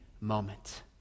moment